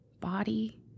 body